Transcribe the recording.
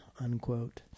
unquote